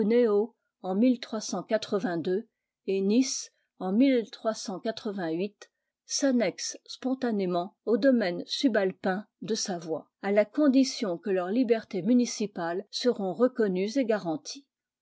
et nice en s spontanément aux domaines subalpins de savoie à la condition que leurs libertés municipales seront reconnues et garanties